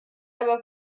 aber